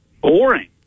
boring